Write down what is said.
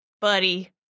buddy